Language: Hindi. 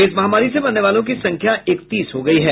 इस महामारी से मरने वालों की संख्या इकतीस हो गयी है